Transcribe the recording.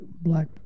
black